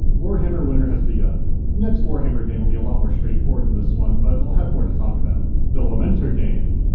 warhammer winter has begun! the next warhammer game will be a lot more straightforward than this one, but i'll have more to talk about. the lamenter game!